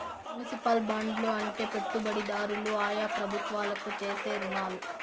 municipal బాండ్లు అంటే పెట్టుబడిదారులు ఆయా ప్రభుత్వాలకు చేసే రుణాలు